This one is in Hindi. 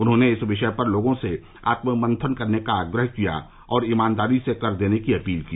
उन्होंने इस विषय पर लोगों से आत्ममंथन करने का आग्रह किया और ईमानदारी से कर देने की अपील की